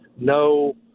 no